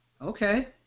Okay